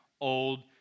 Old